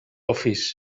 office